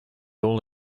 all